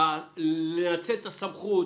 לנצל את הסמכות,